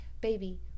baby